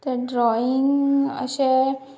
तें ड्रॉइंग अशें